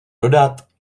dodat